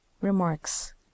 Remarks